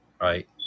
right